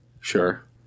Sure